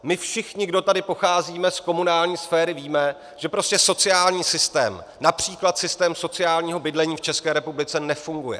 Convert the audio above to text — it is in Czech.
My všichni, kteří tady pocházíme z komunální sféry, víme, že prostě sociální systém, například systém sociálního bydlení, v České republice nefunguje.